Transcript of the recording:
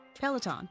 Peloton